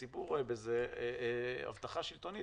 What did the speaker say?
הציבור רואה בזה הבטחה שלטונית.